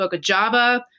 Java